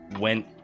went